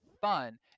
fun